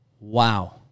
Wow